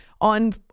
on